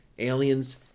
Aliens